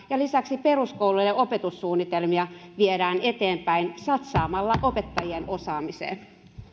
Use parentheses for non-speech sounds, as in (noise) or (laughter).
(unintelligible) ja lisäksi peruskoulujen opetussuunnitelmia viedään eteenpäin satsaamalla opettajien osaamiseen